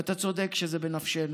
ואתה צודק שזה בנפשנו,